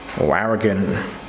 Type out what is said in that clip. arrogant